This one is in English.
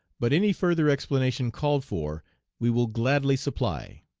but any further explanation called for we will gladly supply.